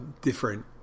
different